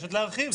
מבקשת להרחיב.